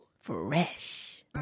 Fresh